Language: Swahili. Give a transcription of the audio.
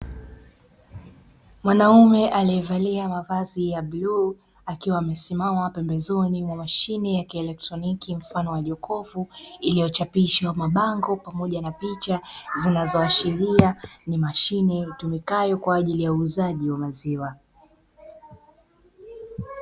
Mwanaume aliyevalia mavazi ya bluu akiwa amesimama pembezoni mwa mashine ya kielektroniki mfano wa jokofu, iliyochapishwa mabango pamoja na picha zinazoashi ni mashine itumikayo kwa ajili ya uuzaji wa maziwa.